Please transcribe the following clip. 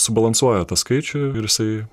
subalansuoja tą skaičių ir jisai